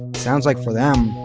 sounds like for them,